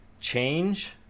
change